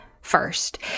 first